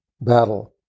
battle